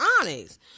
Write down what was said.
Honest